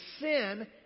sin